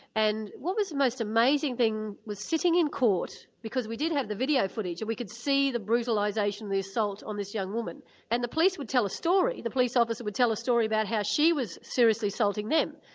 and what was the most amazing thing, was sitting in court because we did have the video footage, and we could see the brutalisation, brutalisation, the assault on this young woman and the police would tell a story, the police officer would tell a story about how she was seriously assaulting them.